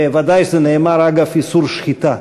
וודאי שזה נאמר אגב איסור שחיטה.